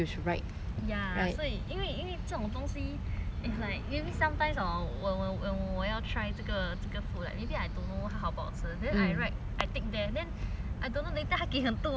这种东西 it's like maybe sometimes hor when 我要 try 这个这个 food like maybe I don't know 好不好吃 then I write I tick there then 他给很多 then end up 我不喜欢吃 then